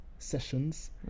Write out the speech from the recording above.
Sessions